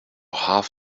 half